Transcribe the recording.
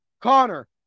Connor